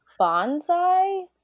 Bonsai